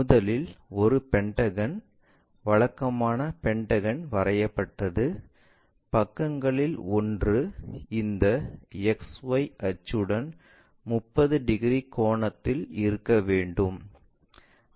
முதலில் ஒரு பென்டகன் வழக்கமான பென்டகன் வரையப்பட்டது பக்கங்களில் ஒன்று இந்த XY அச்சுடன் 30 டிகிரி கோணத்தில் இருக்க வேண்டும்